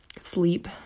sleep